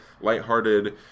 lighthearted